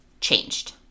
changed